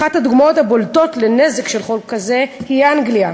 אחת הדוגמאות הבולטות לנזק של חוק כזה היא אנגליה,